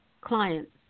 clients